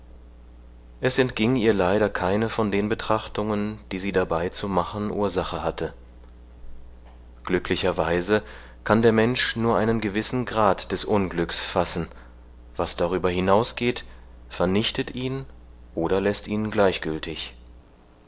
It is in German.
es entging ihr leider keine von den betrachtungen die sie dabei zu machen ursache hatte glücklicherweise kann der mensch nur einen gewissen grad des unglücks fassen was darüber hinausgeht vernichtet ihn oder läßt ihn gleichgültig